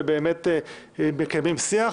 ובאמת מקיימים שיח.